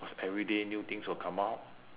cause every day new things will come out